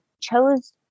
chose